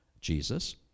Jesus